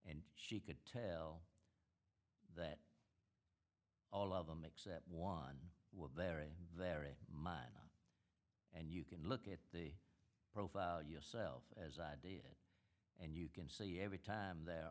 and she could tell that all of them except one would very very minor and you can look at the profile yourself as i did and you can see every time there